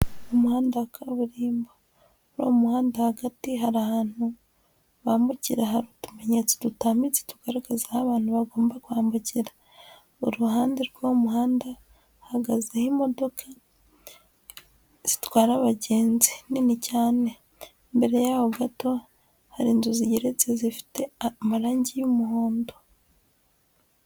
Umuhanda wa kaburimbo uriya muhanda hagati hari ahantu bambukira hari utumenyetso dutambitse tugaragaza aho abantu bagomba kwambukira, uruhande rw'uwo muhanda hahagazeho imodoka zitwara abagenzi nini cyane, imbere yaho gato hari inzu zigeretse zifite amarangi y'umuhondo.